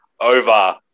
over